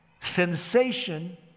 Sensation